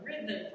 rhythm